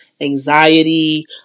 anxiety